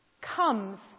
comes